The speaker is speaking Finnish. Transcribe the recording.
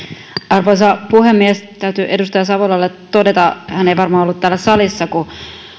arvoisa puhemies täytyy edustaja savolalle todeta hän ei varmaan ollut täällä salissa kun